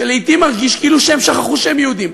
שלעתים מרגישים כאילו הם שכחו שהם יהודים.